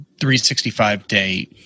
365-day